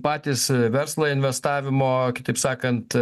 patys verslo investavimo kitaip sakant